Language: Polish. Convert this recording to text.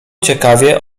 ciekawie